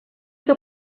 que